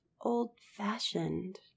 old-fashioned